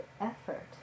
effort